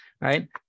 right